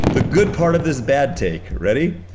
the good part of this bad take, ready?